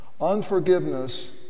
Unforgiveness